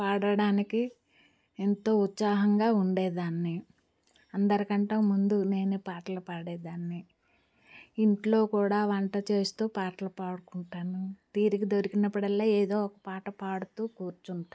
పాడడానికి ఎంతో ఉత్సాహంగా ఉండే దాన్ని అందరికంటే ముందు నేనే పాటలు పాడే దాన్ని ఇంట్లో కూడా వంట చేస్తూ పాటలు పాడుకుంటాను తీరిక దొరికినప్పుడల్లా ఏదో ఒక పాట పాడుతూ కూర్చుంటాను